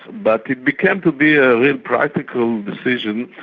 but it became to be a real practical decision,